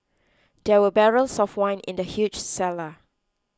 there were barrels of wine in the huge cellar